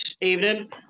Evening